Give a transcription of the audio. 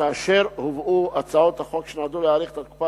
כאשר הובאו הצעות החוק שנועדו להאריך את תוקפה